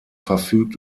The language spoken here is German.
verfügt